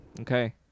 Okay